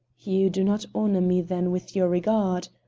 you do not honor me then with your regard,